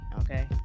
okay